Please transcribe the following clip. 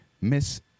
Miss